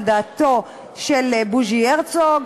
על דעתו של בוז'י הרצוג,